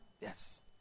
Yes